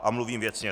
A mluvím věcně.